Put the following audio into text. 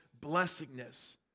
blessingness